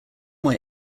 were